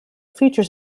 features